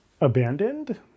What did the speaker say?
abandoned